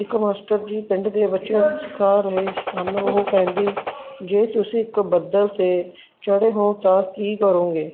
ਇੱਕ ਮਾਸਟਰ ਜੀ ਪਿੰਡ ਦੇ ਬੱਚਿਆ ਨੂੰ ਸਿਖਾ ਰਹੇ ਹਨ ਉਹ ਕਹਿੰਦੇ ਜੇ ਤੁਸੀਂ ਇੱਕ ਬੱਦਲ 'ਤੇ ਚੜ੍ਹੇ ਹੋ ਤਾਂ ਕੀ ਕਰੋਗੇ